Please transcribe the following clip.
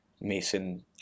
mason